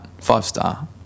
five-star